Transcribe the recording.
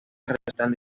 resultan